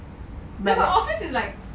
but office is like